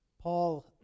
Paul